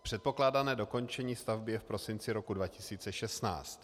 Předpokládané dokončení stavby je v prosinci roku 2016.